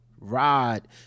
Rod